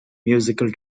musical